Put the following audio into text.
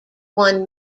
won